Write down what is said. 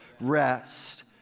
rest